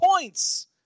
points